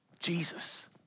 Jesus